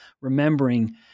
remembering